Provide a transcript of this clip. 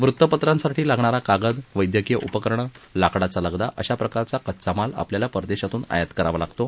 वृत्तपत्रांसाठी लागणारा कागद वैद्यकीय उपकरणं लाकडाचा लगदा अशा प्रकारचा कच्चा माल आपल्याला परदेशातून आयात करावा लागतो